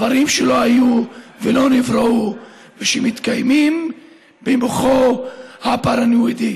דברים שלא היו ולא נבראו ושמתקיימים במוחו הפרנואידי,